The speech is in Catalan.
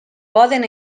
poden